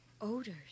Odors